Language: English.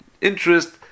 interest